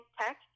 tech